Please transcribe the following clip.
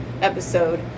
episode